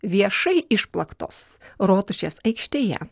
viešai išplaktos rotušės aikštėje